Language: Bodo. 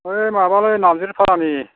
बै माबालै नारजिरिपारानि